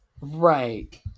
Right